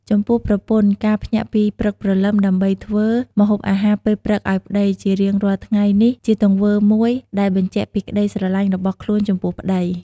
ចំពោះប្រពន្ធការភ្ញាក់ពីព្រឹកព្រលឹមដើម្បីធ្វើ ម្ហូបអាហារពេលព្រឹកឲ្យប្តីជារៀងរាល់ថ្ងៃនេះជាទង្វើមួយដែលបញ្ជាក់ពីក្តីស្រលាញ់របស់ខ្លួនចំពោះប្តី។